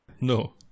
No